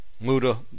Muda